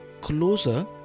closer